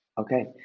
Okay